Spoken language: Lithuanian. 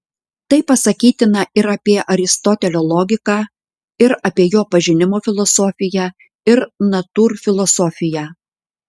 tai pasakytina ir apie aristotelio logiką ir apie jo pažinimo filosofiją ir natūrfilosofiją